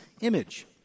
image